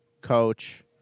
coach